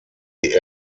die